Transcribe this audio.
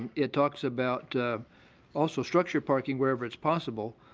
it talks about also structured parking wherever it's possible,